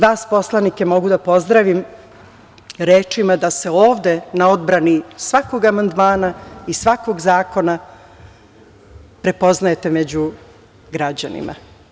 Vas poslanike mogu da pozdravim rečima da se ovde na odbrani svakog amandmana i svakog zakona prepoznajete među građanima.